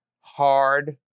hard